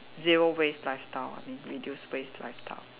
zero waste lifestyle I mean reduced waste lifestyle